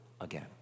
again